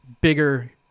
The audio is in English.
bigger